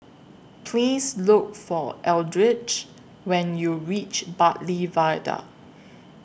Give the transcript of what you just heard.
Please Look For Eldridge when YOU REACH Bartley Viaduct